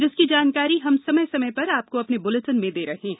जिसकी जानकारी हम समय समय पर आपको अपने बुलेटिन में दे रहे हैं